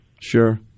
Sure